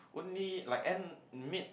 only like end mid